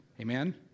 Amen